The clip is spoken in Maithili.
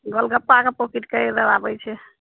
गोलगप्पा कऽ पौकिट आबै छै